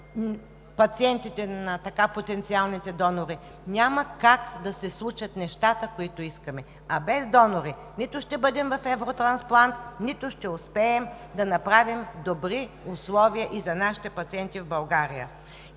на пациентите, на потенциалните донори, няма как да се случат нещата, които искаме. Без донори нито ще бъдем в Евротрансплант, нито ще успеем да направим добри условия и за нашите пациенти в България.